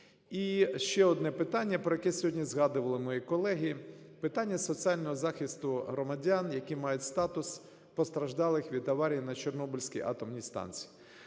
І ще одне питання, про яке сьогодні згадували мої колеги. Питання соціального захисту громадян, які мають статус постраждалих від аварії на Чорнобильській атомній станції.